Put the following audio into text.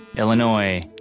illinois,